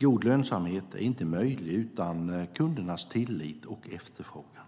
God lönsamhet är inte möjlig utan kundernas tillit och efterfrågan.